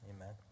amen